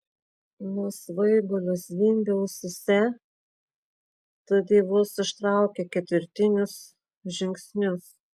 nuo svaigulio zvimbė ausyse tad ji vos ištraukė ketvirtinius žingsnius